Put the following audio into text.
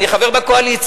אני חבר בקואליציה.